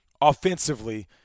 offensively